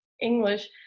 English